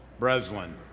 breslin,